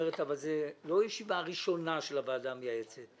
אבל זאת לא ישיבה ראשונה של הוועדה המייעצת.